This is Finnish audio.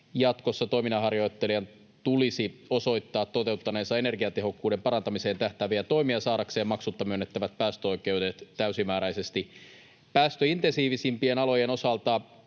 jatkossa toiminnanharjoittajan tulisi osoittaa toteuttaneensa energiatehokkuuden parantamiseen tähtääviä toimia saadakseen maksutta myönnettävät päästöoikeudet täysimääräisesti. Päästöintensiivisimpien alojen osalta